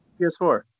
PS4